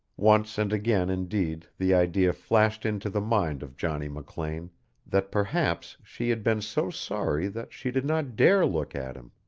once and again indeed the idea flashed into the mind of johnny mclean that perhaps she had been so sorry that she did not dare look at him.